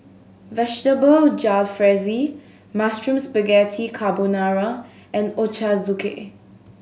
Vegetable Jalfrezi Mushroom Spaghetti Carbonara and Ochazuke